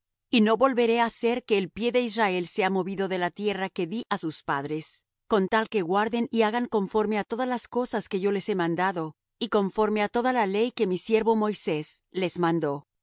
y no volveré á hacer que el pie de israel sea movido de la tierra que dí á sus padres con tal que guarden y hagan conforme á todas las cosas que yo les he mandado y conforme á toda la ley que mi siervo moisés les mandó